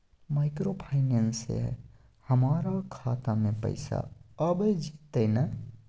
Microfinance से हमारा खाता में पैसा आबय जेतै न?